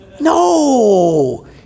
no